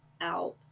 out